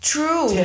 True